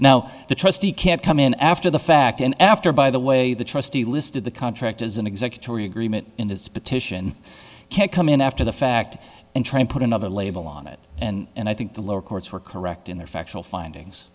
now the trustee can't come in after the fact and after by the way the trustee listed the contract as an executor you agreement in his petition can't come in after the fact and try and put another label on it and i think the lower courts were correct in their factual findings